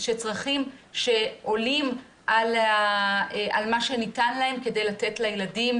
צרכים שעולים על מה שניתן להן כדי לתת לילדים,